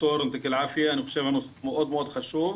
הנושא מאוד מאוד חשוב,